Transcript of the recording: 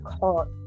caught